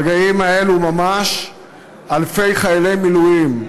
ברגעים האלו ממש אלפי חיילי מילואים,